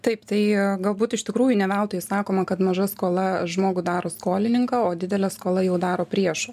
taip tai galbūt iš tikrųjų ne veltui sakoma kad maža skola žmogų daro skolininką o didelė skola jau daro priešu